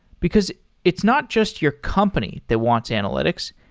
because it's not just your company that wants analytics.